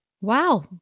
Wow